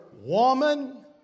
woman